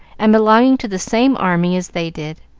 and belonged to the same army as they did.